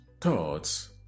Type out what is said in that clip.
thoughts